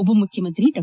ಉಪಮುಖ್ಯಮಂತ್ರಿ ಡಾ